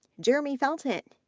jeremy felten,